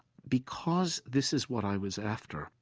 because this is what i was after,